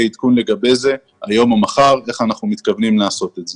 עדכון לגבי זה היום או מחר שאומר איך אנחנו מתכוונים לעשות את זה.